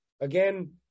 Again